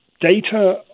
data